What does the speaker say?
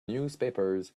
newspapers